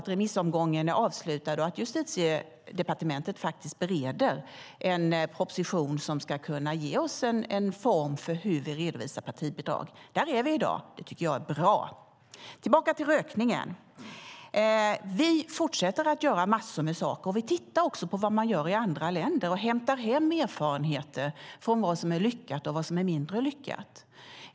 Remissomgången är avslutad, och Justitiedepartementet bereder en proposition som ska kunna ge oss en form för hur vi redovisar partibidrag. Där är vi i dag, och det tycker jag är bra. Tillbaka till rökningen: Vi fortsätter att göra massor med saker. Vi tittar också på vad man gör i andra länder och hämtar hem erfarenheter från vad som är lyckat och vad som är mindre lyckat.